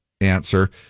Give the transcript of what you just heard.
answer